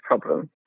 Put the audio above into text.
problem